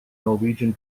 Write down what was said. norwegian